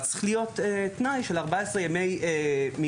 אבל צריך להיות תנאי של 14 ימי מילואים.